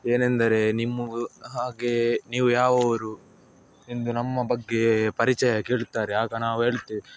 ಏನೆಂದರೆ ನಿಮ್ಮ ಹೂ ಹಾಗೆಯೇ ನೀವು ಯಾವ ಊರು ಎಂದು ನಮ್ಮ ಬಗ್ಗೆ ಪರಿಚಯ ಕೇಳುತ್ತಾರೆ ಆಗ ನಾವು ಹೇಳುತ್ತೇವೆ